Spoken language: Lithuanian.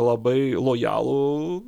labai lojalų